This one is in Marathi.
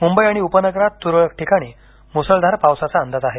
मुंबई आणि उपनगरात तुरळक ठिकाणी मुसळधार पावसाचा अंदाज आहे